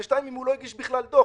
2. אם הוא לא הגיש בכלל דוח,